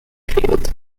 field